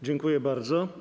Dziękuję bardzo.